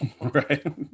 Right